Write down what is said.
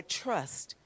trust